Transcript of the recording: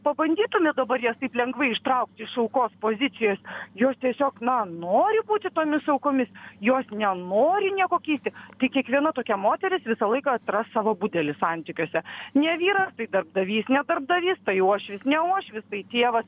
pabandytumėt dabar jas taip lengvai ištraukti iš aukos pozicijos jos tiesiog na nori būti tomis aukomis jos nenori nieko keisti tik kiekviena tokia moteris visą laiką atras savo butelį santykiuose ne vyras tai darbdavys ne darbdavys tai uošvis ne uošvis tai tėvas